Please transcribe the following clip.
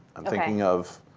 i'm thinking of